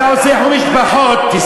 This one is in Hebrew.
מרכז ספורט, אהלן